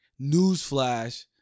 newsflash